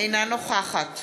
אינה נוכחת